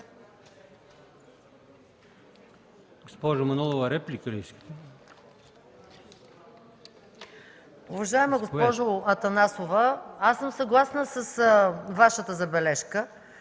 Уважаема госпожо Атанасова, аз съм съгласна с Вашата забележка.